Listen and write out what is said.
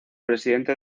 presidente